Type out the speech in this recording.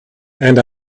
and